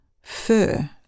fur